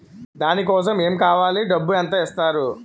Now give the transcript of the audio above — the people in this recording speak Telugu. దాని కోసం ఎమ్ కావాలి డబ్బు ఎంత ఇస్తారు?